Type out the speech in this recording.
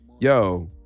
yo